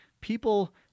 people